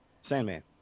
Sandman